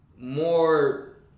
more